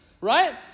right